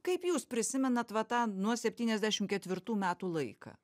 kaip jūs prisimenat va tą nuo septyniasdešim ketvirtų metų laiką